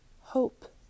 Hope